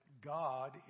God